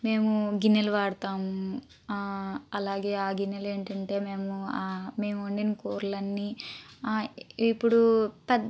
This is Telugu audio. మేము గిన్నెలు వాడతాము అలాగే ఆ గిన్నెలు ఏంటంటే మేము వండిన కూరలు అన్ని ఇప్పుడు పెద్ద